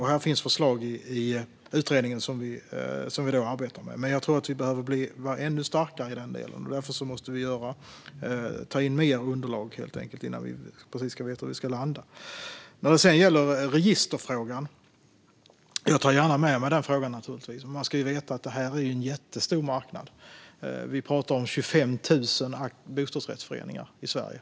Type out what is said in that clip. Här finns förslag i utredningen som vi arbetar med. Men jag tror att vi behöver vara ännu starkare i den delen. Därför måste vi helt enkelt ta in mer underlag för att vi ska veta var vi ska landa. När det sedan gäller registerfrågan - jag tar naturligtvis gärna med mig frågan - ska man veta att det här är en jättestor marknad. Vi pratar om 25 000 bostadsrättsföreningar i Sverige.